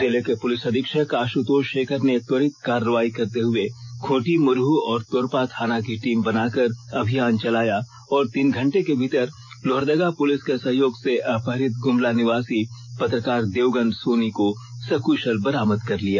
जिले के पुलिस अधीक्षक आशुतोष शेखर ने त्वरित कार्रवाई करते हुए खूंटी मुरहू और तोरपा थाना की टीम बनाकर अभियान चलाया और तीन घण्टे के भीतर लोहरदगा पुलिस के सहयोग से अपहृत गुमला निवासी पत्रकार देवगन सोनी को सकुशल बरामद कर लिया